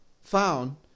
found